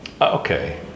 okay